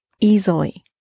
easily